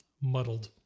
muddled